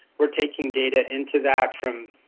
we're taking data into that from,